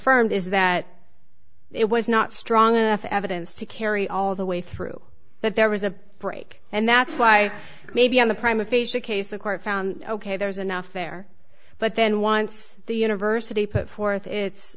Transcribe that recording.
firmed is that it was not strong enough evidence to carry all the way through but there was a break and that's why maybe on the prime aphasia case the court found ok there was enough there but then once the university put forth it